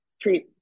treat